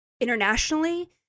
internationally